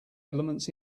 elements